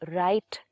right